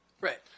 Right